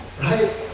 Right